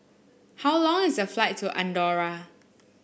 how long is the flight to Andorra